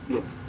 Yes